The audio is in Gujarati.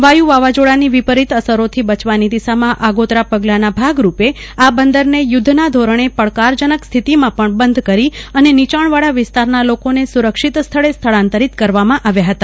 વાયુ વાવાઝોડાની વિપરીત અસરોથી બચવાની દિશામાં આગોતરા પગલાંના ભાગરૂપે આ બંદરને યુધ્ધના ધોરણે પડકારજનક સ્થિતિમાં પણ બંધ કરી અને નીચાણવાળા વિસ્તારના લોકોને સુરક્ષીત સ્થળે સ્થળાંતરીત કરવામાં આવ્યા હતા